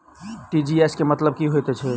TGS केँ मतलब की हएत छै?